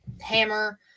hammer